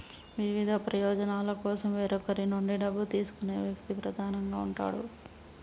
వివిధ ప్రయోజనాల కోసం వేరొకరి నుండి డబ్బు తీసుకునే వ్యక్తి ప్రధానంగా ఉంటాడు